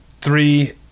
three